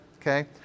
okay